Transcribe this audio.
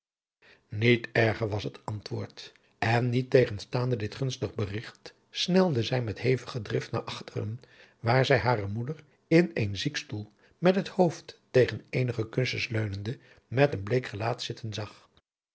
niet erger was het antwoord en niettegenstaande dit gunstig berigt snelde zij met hevige drift naar achter waar zij hare moeder in een zieadriaan loosjes pzn het leven van hillegonda buisman kestoel met het hoofd tegen eenige kussens leunende met een bleek gelaat zitten zag